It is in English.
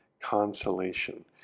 consolation